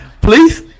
please